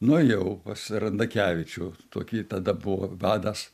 nuėjau pas randakevičių tokį tada buvo vadas